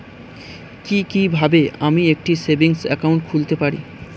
কি কিভাবে আমি একটি সেভিংস একাউন্ট খুলতে পারি?